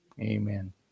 amen